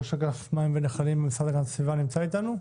ראש אגף מים ונחלים במשרד להגנת הסביבה, בבקשה,